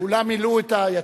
כולם מילאו את היציע.